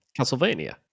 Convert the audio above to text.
Castlevania